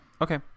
Okay